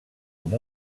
com